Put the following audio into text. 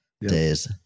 days